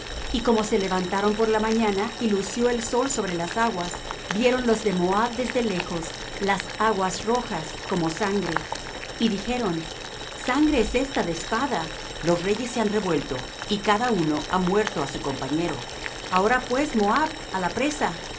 y como se levantaron por la mañana y lució el sol sobre las aguas vieron los de moab desde lejos las aguas rojas como sangre y dijeron sangre es esta de espada los reyes se han revuelto y cada uno ha muerto á su compañero ahora pues moab á la presa